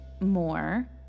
more